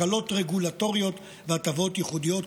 הקלות רגולטוריות והטבות ייחודיות,